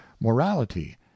morality